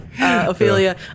Ophelia